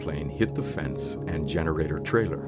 plane hit the fence and generator trailer